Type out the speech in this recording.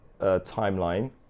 timeline